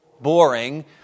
boring